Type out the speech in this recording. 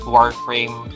Warframe